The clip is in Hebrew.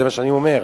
זה מה שאני אומר.